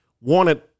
wanted